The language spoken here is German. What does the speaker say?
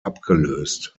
abgelöst